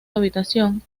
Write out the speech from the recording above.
habitación